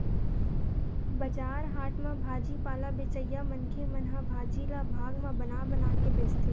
बजार हाट म भाजी पाला बेचइया मनखे मन ह भाजी ल भाग म बना बना के बेचथे